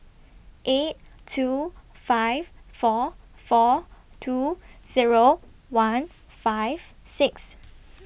eight two five four four two Zero one five six